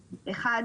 בהם.